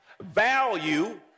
value